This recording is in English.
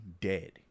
Dead